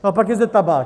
No a pak je zde tabák.